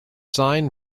sign